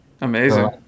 Amazing